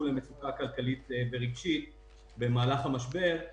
למצוקה כלכלית ורגשית במהלך המשבר.